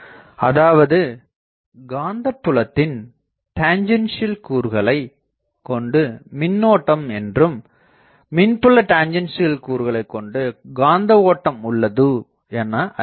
அதாவது காந்த புலத்தின் டெஞ்சன்சியல் கூறுகளைக் கொண்டுமின்னோட்டம் என்றும் மின்புல டெஞ்சன்சியல் கூறுகளைக் கொண்டு காந்த ஓட்டம் உள்ளது என அறியலாம்